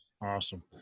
Awesome